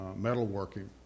metalworking